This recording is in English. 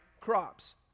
crops